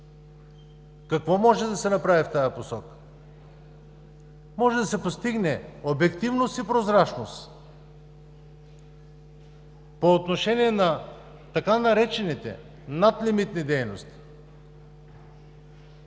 Какво може да се направи в тази посока? Може да се постигне обективност и прозрачност. По отношение на така наречените „надлимитни дейности“,